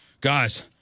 guys